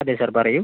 അതെ സാർ പറയൂ